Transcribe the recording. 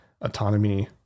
autonomy